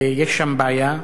יש שם בעיה.